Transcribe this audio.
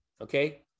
okay